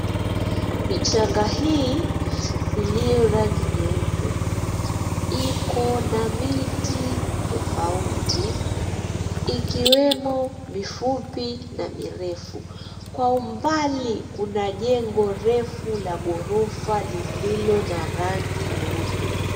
Michanga hii iliyo rangi nyeupe ikona miti tofauti ikiwemo mifupi na mirefu. Kwa umbali kuna jengo refu la ghorofa lililo na rangi nyeupe.